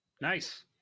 Nice